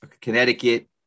Connecticut